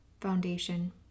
Foundation